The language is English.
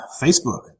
Facebook